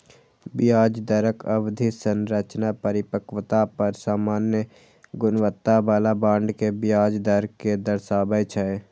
ब्याज दरक अवधि संरचना परिपक्वता पर सामान्य गुणवत्ता बला बांड के ब्याज दर कें दर्शाबै छै